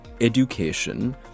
education